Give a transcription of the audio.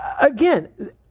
again